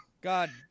God